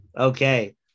Okay